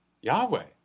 Yahweh